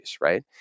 Right